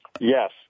Yes